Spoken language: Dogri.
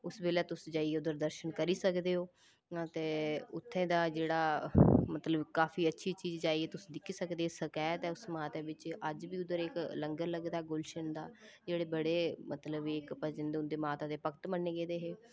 उस बेल्लै तुस जाइयै उद्धर दर्शन करी सकदे ओ ते उत्थें दा जेह्ड़ा मतलब काफी अच्छी चीज़ जाइयै तुस दिक्खी सकदे ओ सकैत ऐ उस माता बिच्च अज्ज बी उद्धर इक लंगर लगदा गुलशन दा जेह्ड़े बड़े मतलब इक भजन न उं'दे माता दे इक भगत मन्ने गेदे हे